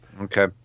Okay